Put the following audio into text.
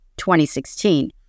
2016